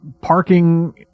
parking